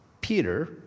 Peter